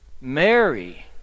Mary